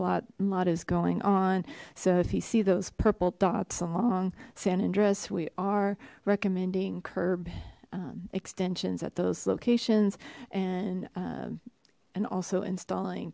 a lot is going on so if you see those purple dots along san andreas we are recommending curb extensions at those locations and and also installing